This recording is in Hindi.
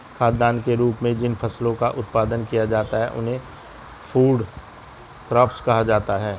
खाद्यान्न के रूप में जिन फसलों का उत्पादन किया जाता है उन्हें फूड क्रॉप्स कहा जाता है